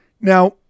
now